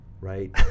Right